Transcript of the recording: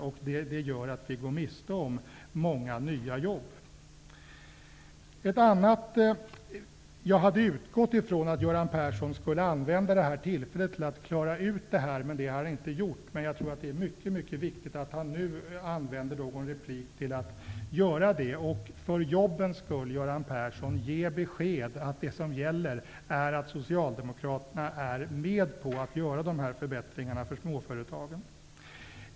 Det gör att vi går miste om många nya jobb. Jag hade utgått från att Göran Persson skulle använda detta tillfälle till att klara ut det här, men det har han inte gjort. Jag tror att det är mycket viktigt att han använder någon replik till att göra det. För jobbens skull, Göran Persson: Ge besked att det som gäller är att socialdemokraterna är med på att göra dessa förbättringar för småföretagen!